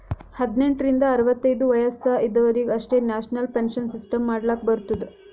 ಹದ್ನೆಂಟ್ ರಿಂದ ಅರವತ್ತೈದು ವಯಸ್ಸ ಇದವರಿಗ್ ಅಷ್ಟೇ ನ್ಯಾಷನಲ್ ಪೆನ್ಶನ್ ಸಿಸ್ಟಮ್ ಮಾಡ್ಲಾಕ್ ಬರ್ತುದ